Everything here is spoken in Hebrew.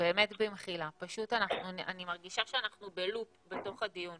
אני מרגישה שאנחנו בלופ בתוך הדיון.